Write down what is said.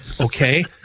Okay